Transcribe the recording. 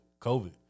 COVID